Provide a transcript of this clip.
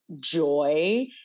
joy